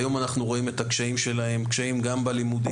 היום אנחנו רואים את הקשיים שלהם קשיים גם בלימודים,